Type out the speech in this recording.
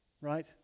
right